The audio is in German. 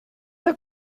der